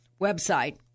website